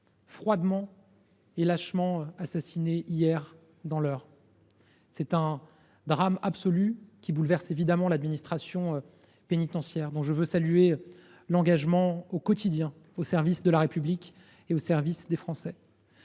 froidement et lâchement assassinés hier dans l’Eure. Ce drame absolu bouleverse évidemment l’administration pénitentiaire, dont je veux saluer l’engagement quotidien, au service de la République et des Français.